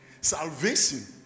Salvation